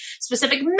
specific